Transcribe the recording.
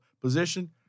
position